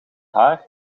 haar